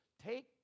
Take